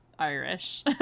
Irish